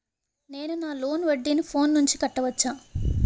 నేను నా లోన్ వడ్డీని ఫోన్ నుంచి కట్టవచ్చా?